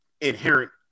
inherent